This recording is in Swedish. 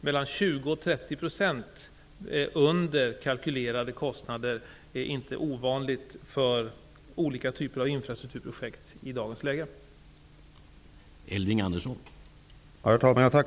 I dagens läge är det inte ovanligt att kostnaderna för olika typer av infrastrukturprojekt ligger mellan 20 och 30 % under vad som är kalkylerat.